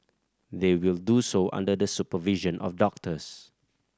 they will do so under the supervision of doctors